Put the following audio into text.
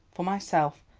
for myself,